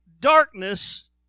darkness